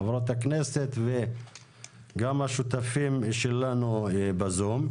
חברות הכנסת וגם השותפים שלנו בזום.